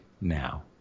now